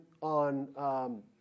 on